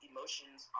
Emotions